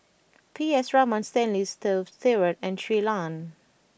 P S Raman Stanley Toft Stewart and Shui Lan